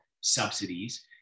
subsidies